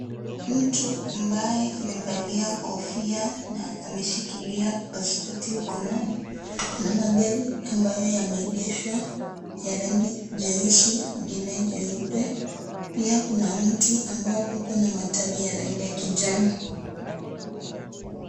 Mtu ambaye amevalia kofia na ameshikilia pasipoti. Kuna magari ambayo yameegeshwa ya rangi jeusi na ingine jeupe. Pia kuna mti ambao uko na matawi ya rangi ya kijani.